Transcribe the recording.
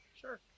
Sure